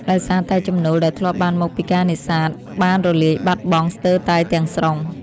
ដោយសារតែចំណូលដែលធ្លាប់បានមកពីការនេសាទបានរលាយបាត់បង់ស្ទើរតែទាំងស្រុង។